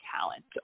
talent